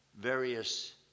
various